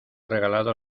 regalado